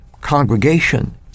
congregation